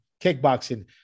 kickboxing